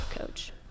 coach